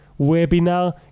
webinar